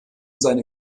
seine